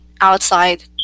outside